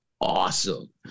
awesome